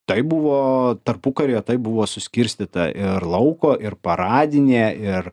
tai buvo tarpukario tai buvo suskirstyta ir lauko ir paradinė ir